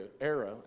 era